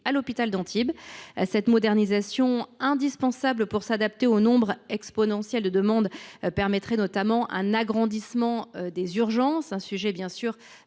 de l’hôpital d’Antibes. Cette modernisation, indispensable pour s’adapter au nombre exponentiel de demandes, permettrait notamment un agrandissement des urgences. Comme vous